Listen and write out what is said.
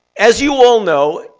as you all know,